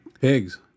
pigs